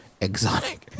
exotic